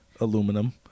Aluminum